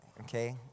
Okay